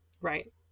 Right